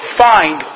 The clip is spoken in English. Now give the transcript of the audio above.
find